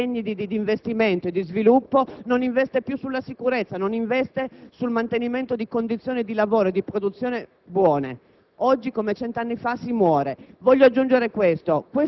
in Italia ha deboli disegni di investimento e di sviluppo e non investe più sulla sicurezza, sul mantenimento di buone condizioni di lavoro e di produzione.